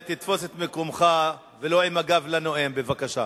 אם תתפוס את מקומך ולא עם הגב לנואם, בבקשה.